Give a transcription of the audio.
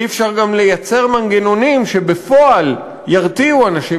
אי-אפשר גם לייצר מנגנונים שבפועל ירתיעו אנשים